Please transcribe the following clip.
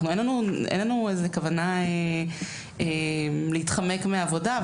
אין לנו איזה כוונה להתחמק מהעבודה,